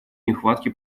нехватке